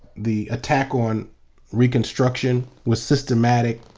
the attack on reconstruction was systematic,